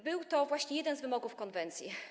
Był to właśnie jeden z wymogów konwencji.